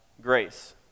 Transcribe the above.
grace